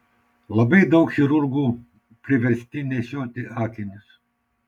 labai daug chirurgų priversti nešioti akinius